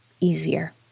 easier